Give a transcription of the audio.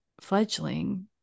Fledgling